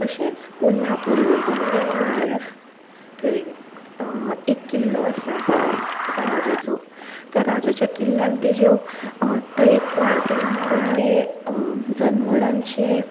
तशेंच कोल्हापूर जर तुमी गेले जाल्यार थंय एक किल्लो आसा एका राजाचो त्या राजाचे किल्ल्यांत तेच्यो तरेकवार तेंणी मारिल्ले जनवारांची